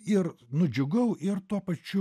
ir nudžiugau ir tuo pačiu